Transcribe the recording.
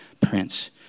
prince